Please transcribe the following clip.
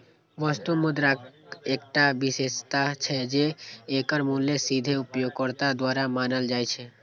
वस्तु मुद्राक एकटा विशेषता छै, जे एकर मूल्य सीधे उपयोगकर्ता द्वारा मानल जाइ छै